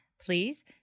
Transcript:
Please